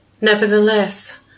nevertheless